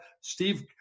Steve –